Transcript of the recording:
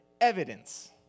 evidence